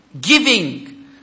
giving